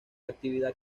actividad